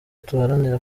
duharanira